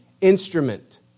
instrument